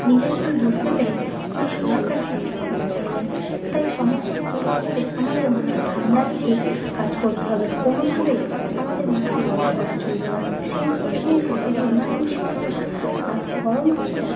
নিজের ভুল বুঝতে পেরে উনি সবার কাছে ক্ষমা চাইলেন তাই সমস্ত পরিস্থিতিতে আমাদের মাথা ঠান্ডা রেখে কাজ করতে হবে কোনোভাবেই আমাদের মাথা গরম করা চলবে না সেই পরিস্থিতিতে যদি অন্যান্য শিক্ষকরা মাথা গরম করতেন